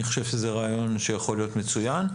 אני חושב שזה רעיון שיכול להיות מצוין.